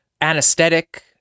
anesthetic